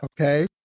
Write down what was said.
okay